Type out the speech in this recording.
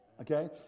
Okay